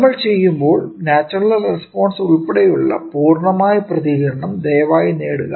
നമ്മൾ ചെയ്യുമ്പോൾ natural response ഉൾപ്പെടെയുള്ള പൂർണ്ണമായ പ്രതികരണം ദയവായി നേടുക